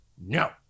No